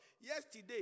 Yesterday